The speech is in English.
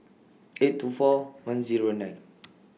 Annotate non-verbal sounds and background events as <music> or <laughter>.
<noise> eight two four one Zero nine